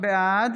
בעד